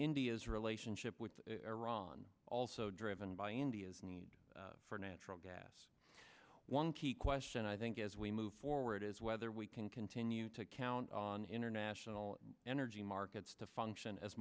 india's relationship with iran also driven by india's need for natural gas one key question i think as we move forward is whether we can continue to count on international energy markets to function as